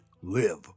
Live